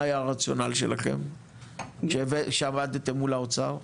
מה היה הרציונל שלכם כשעמדתם מול האוצר?